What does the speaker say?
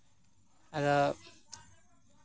ᱟᱫᱚ